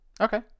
okay